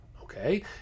okay